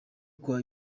kwa